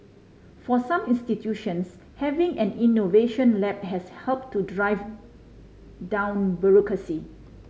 for some institutions having an innovation lab has helped to drive down bureaucracy